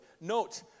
Note